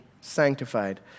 sanctified